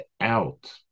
out